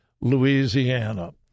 Louisiana